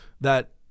that-